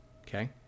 Okay